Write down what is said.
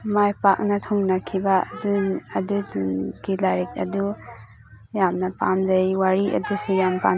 ꯃꯥꯏ ꯄꯥꯛꯅ ꯊꯨꯡꯅꯈꯤꯕ ꯑꯗꯨꯒꯤ ꯂꯥꯏꯔꯤꯛ ꯑꯗꯨ ꯌꯥꯝꯅ ꯄꯥꯝꯖꯩ ꯋꯥꯔꯤ ꯑꯗꯨꯁꯨ ꯌꯥꯝꯅ ꯄꯥꯝ